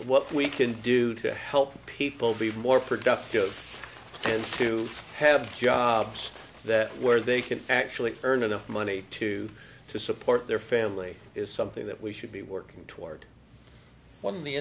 what we can do to help people be more productive and to have jobs that where they can actually earn enough money to to support their family is something that we should be working toward when the